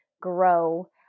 grow